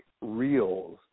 reels